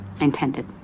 intended